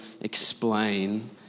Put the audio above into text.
explain